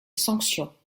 sanctions